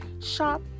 Shop